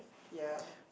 ya